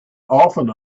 often